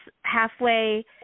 halfway